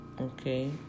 okay